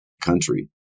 country